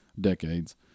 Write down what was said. decades